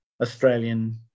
Australian